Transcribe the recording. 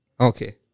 Okay